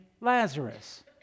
Lazarus